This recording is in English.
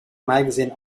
magazine